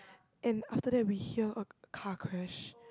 and after that we hear a car crash